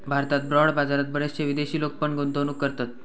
भारतात बाँड बाजारात बरेचशे विदेशी लोक पण गुंतवणूक करतत